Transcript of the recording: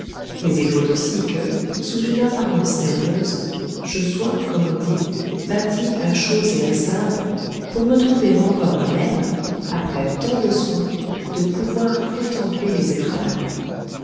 mais il faut aussi que sous une apparence nerveuse je sois comme on dit bâti à chaux et à sable pour me trouver encore à même après tant de soins de pouvoir contempler les étoiles